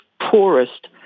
poorest